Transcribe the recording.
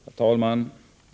Herr talman!